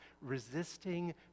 resisting